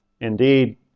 indeed